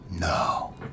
No